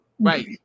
Right